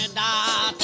and da